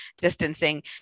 distancing